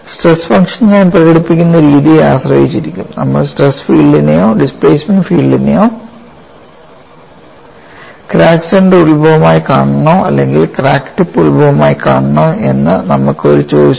stress function ഞാൻ പ്രകടിപ്പിക്കുന്ന രീതിയെ ആശ്രയിച്ച് ഇരിക്കും നമ്മൾ സ്ട്രെസ് ഫീൽഡിനെയോ ഡിസ്പ്ലേസ്മെന്റ് ഫീൽഡിനെയോ ക്രാക്ക് സെൻറർ ഉത്ഭവമായി കാണണോ അല്ലെങ്കിൽ ക്രാക്ക് ടിപ്പ് ഉത്ഭവമായി കാണണോ എന്ന് നമുക്ക് ഒരു ചോയ്സ് ഉണ്ട്